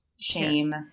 shame